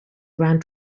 around